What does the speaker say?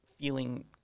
feeling